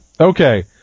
Okay